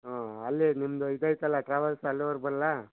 ಹಾಂ ಅಲ್ಲಿ ನಿಮ್ಮದು ಇದೈಯ್ತಲ್ಲ ಟ್ರಾವೆಲ್ಸ್ ಅಲ್ಲೀವರ್ಗೆ ಬರ್ಲಾ